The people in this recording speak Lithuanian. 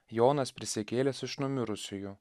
jonas prisikėlęs iš numirusiųjų